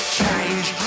change